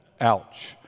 Ouch